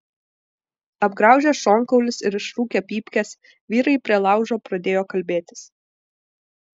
apgraužę šonkaulius ir išrūkę pypkes vyrai prie laužo pradėjo kalbėtis